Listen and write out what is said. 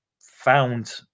found